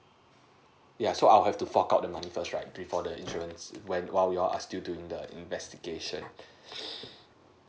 yeah so I'll have to fork out the money first right before the insurance when while you are still doing the investigation